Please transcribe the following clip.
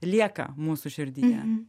lieka mūsų širdyje